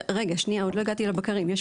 רגע, שנייה, עוד לא הגעתי לבקרים.